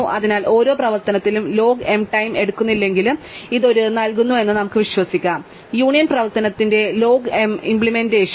അതിനാൽ ഓരോ പ്രവർത്തനത്തിലും ലോഗ് m ടൈം എടുക്കുന്നില്ലെങ്കിലും ഇത് ഒരു നൽകുന്നുവെന്ന് നമുക്ക് വിശ്വസിക്കാം യൂണിയൻ പ്രവർത്തനത്തിന്റെ ലോഗ് m ഇമ്പ്ളേമെന്റഷന്